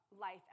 life